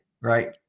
right